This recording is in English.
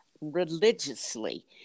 religiously